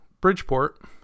Bridgeport